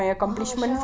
!wow! sham